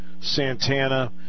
Santana